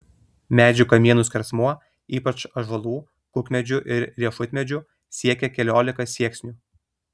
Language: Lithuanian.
medžių kamienų skersmuo ypač ąžuolų kukmedžių ir riešutmedžių siekė keliolika sieksnių